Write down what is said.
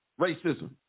racism